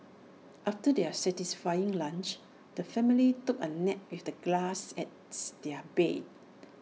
after their satisfying lunch the family took A nap with the grass as their bed